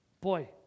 Boy